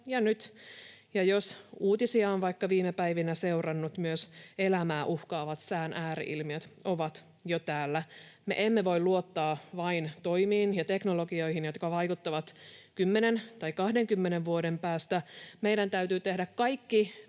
jos uutisia on vaikka viime päivinä seurannut, myös elämää uhkaavat sään ääri-ilmiöt ovat jo täällä. Me emme voi luottaa vain toimiin ja teknologioihin, jotka vaikuttavat 10 tai 20 vuoden päästä. Meidän täytyy tehdä kaikki